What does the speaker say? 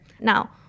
Now